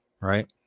right